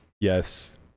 yes